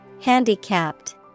Handicapped